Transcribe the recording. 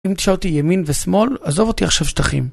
אם תשאל אותי ימין ושמאל, עזוב אותי עכשיו שטחים.